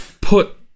put